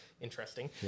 Interesting